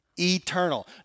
eternal